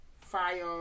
fire